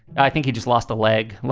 i think he just lost a leg.